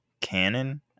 canon